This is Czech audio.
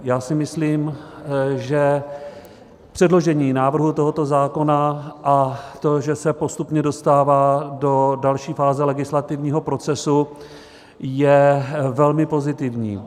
Já si myslím, že předložení návrhu tohoto zákona a to, že se postupně dostává do další fáze legislativního procesu, je velmi pozitivní.